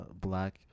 black